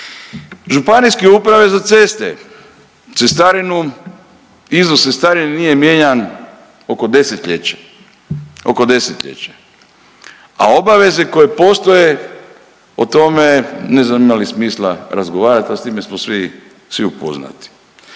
Županijske uprave za ceste, cestarinu, iznos cestarine nije mijenjan oko desetljeće, oko desetljeće a obaveze koje postoje o tome ne znam ima li smisla razgovarati ali s time smo svi upoznati.